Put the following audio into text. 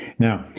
now,